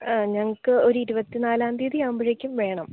ആ ഞങ്ങൾക്ക് ഒരു ഇരുപത്തിനാലാം തീയതി ആകുമ്പോഴേക്കും വേണം